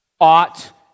ought